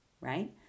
right